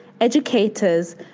educators